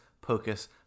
Pocus